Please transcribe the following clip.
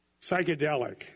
psychedelic